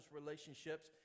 relationships